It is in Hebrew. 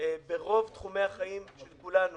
ברוב תחומי החיים של כולנו